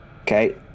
Okay